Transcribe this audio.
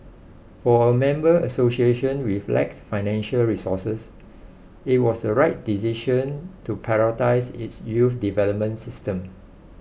for a member association which lacks financial resources it was a right decision to prioritise its youth development system